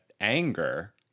anger